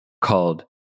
called